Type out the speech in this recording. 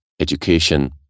education